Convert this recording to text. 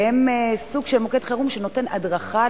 והם סוג של מוקד חירום שנותן הדרכה,